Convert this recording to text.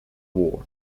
war